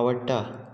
आवडटा